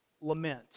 Lament